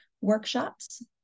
workshops